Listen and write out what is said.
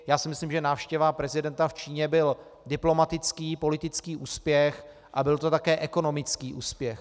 Já si myslím, že návštěva prezidenta v Číně byl diplomatický politický úspěch a byl to také ekonomický úspěch.